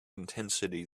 intensity